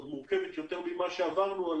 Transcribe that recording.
מורכבת יותר ממה שעברנו,